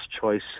choice